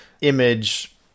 image